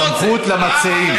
הסמכות, למציעים.